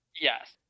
Yes